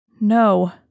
No